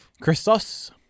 Christos